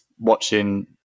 watching